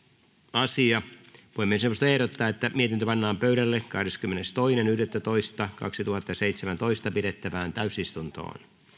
asia puhemiesneuvosto ehdottaa että mietintö pannaan pöydälle kahdeskymmenestoinen yhdettätoista kaksituhattaseitsemäntoista pidettävään täysistuntoon